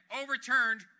overturned